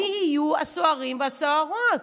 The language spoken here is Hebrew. מי יהיו הסוהרים והסוהרות?